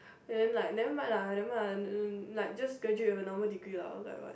then like never mind lah never mind lah li~ like just graduate with a normal degree lah like what